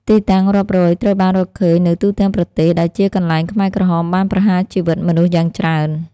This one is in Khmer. ទីតាំងរាប់រយត្រូវបានរកឃើញនៅទូទាំងប្រទេស ដែលជាកន្លែងខ្មែរក្រហមបានប្រហារជីវិតមនុស្សយ៉ាងច្រើន។